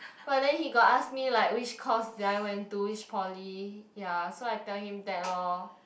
but then he got ask me like which course did I went to which poly ya so I tell him that lor